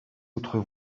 autres